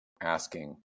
asking